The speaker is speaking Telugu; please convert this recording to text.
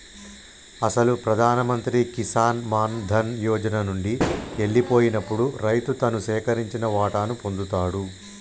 అసలు ప్రధాన మంత్రి కిసాన్ మాన్ ధన్ యోజన నండి ఎల్లిపోయినప్పుడు రైతు తను సేకరించిన వాటాను పొందుతాడు